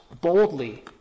boldly